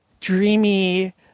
dreamy